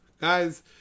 Guys